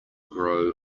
grow